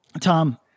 Tom